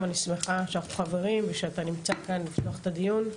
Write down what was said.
ואני שמחה שאנחנו חברים ושאתה נמצא כאן לפתוח את הדיון.